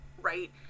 right